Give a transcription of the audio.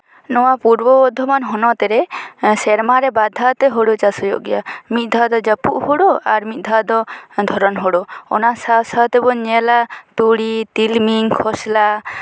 ᱱᱚᱶᱟ ᱯᱩᱨᱵᱚ ᱵᱚᱨᱫᱷᱚᱢᱟᱱ ᱦᱚᱱᱚᱛ ᱨᱮ ᱥᱮᱨᱢᱟᱨᱮ ᱵᱟᱨᱫᱷᱟᱣ ᱛᱮ ᱦᱩᱲᱩ ᱪᱟᱥ ᱦᱩᱭᱩᱜ ᱜᱮᱭᱟ ᱢᱤᱫ ᱫᱷᱟᱣ ᱫᱚ ᱡᱟᱹᱯᱩᱫ ᱦᱩᱲᱩ ᱟᱨ ᱢᱤᱫ ᱫᱷᱟᱣ ᱫᱚ ᱫᱷᱚᱨᱚᱱ ᱦᱩᱲᱩ ᱚᱱᱟ ᱥᱟᱶ ᱥᱟᱶ ᱛᱮᱵᱚᱱ ᱧᱮᱞᱟ ᱛᱩᱲᱤ ᱛᱤᱞᱢᱤᱧ ᱠᱷᱚᱥᱞᱟ